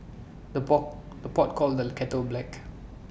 the pot the pot calls the kettle black